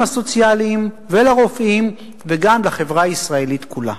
הסוציאליים ולרופאים וגם לחברה הישראלית כולה.